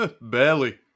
Barely